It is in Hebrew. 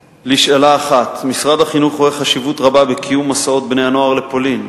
1. משרד החינוך רואה חשיבות רבה בקיום מסעות בני-הנוער לפולין,